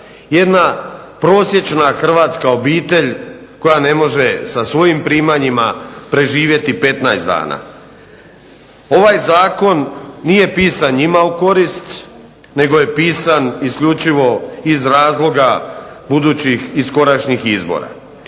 jedna prosječna hrvatska obitelj koja ne može sa svojim primanjima preživjeti 15 dana. Ovaj zakon nije pisan njima u korist nego je pisan isključivo iz razloga budućih i skorašnjih izbora.